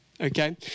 Okay